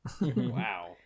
Wow